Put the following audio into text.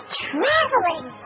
traveling